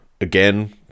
again